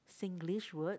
Singlish word